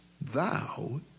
thou